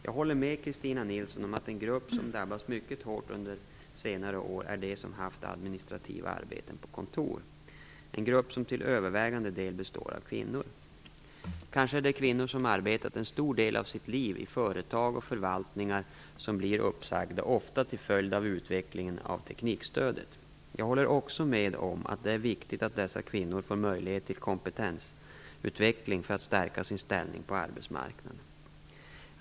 Jag håller med Christin Nilsson om att en grupp som drabbas mycket hårt under senare år är de som haft administrativa arbeten på kontor, en grupp som till övervägande del består av kvinnor. Kanske är det kvinnor som arbetat en stor del av sitt liv i företag och förvaltningar som blir uppsagda, ofta till följd av utvecklingen av teknikstödet. Jag håller också med om att det är viktigt att dessa kvinnor får möjlighet till kompetensutveckling för att stärka sin ställning på arbetsmarknaden.